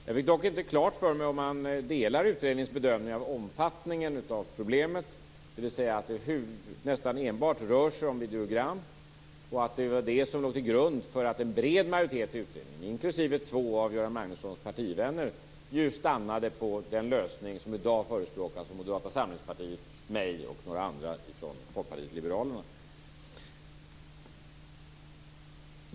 Jag fick dock inte klart för mig om han delar utredningens bedömning om omfattningen av problemet, dvs. att det nästan enbart rör sig om videogram och att det var det som låg till grund för att en bred majoritet av utredningen, inklusive två av Göran Magnussons partivänner, stannade på den lösning som i dag förespråkas av Moderata samlingspartiet, mig och några andra från Folkpartiet liberalerna.